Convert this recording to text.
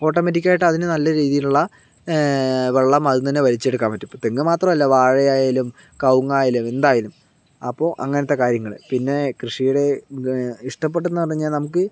ഓട്ടോമാറ്റിക്കായിട്ട് അതിന് നല്ല രീതിയിലുള്ള വെള്ളം അതീന്ന് തന്നെ വലിച്ചെടുക്കാൻ പറ്റും ഇപ്പം തെങ്ങു മാത്രല്ല വാഴയായാലും കവുങ്ങായാലും എന്തായാലും അപ്പോൾ അങ്ങനത്തെ കാര്യങ്ങള് പിന്നെ കൃഷിയുടെ ഇഷ്ടപെട്ടെന്ന് പറഞ്ഞാൽ നമുക്ക്